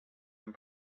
and